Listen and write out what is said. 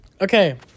Okay